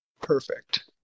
Perfect